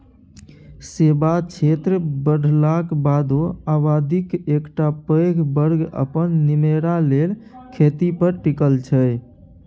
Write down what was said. सेबा क्षेत्र बढ़लाक बादो आबादीक एकटा पैघ बर्ग अपन निमेरा लेल खेती पर टिकल छै